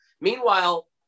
meanwhile